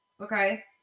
Okay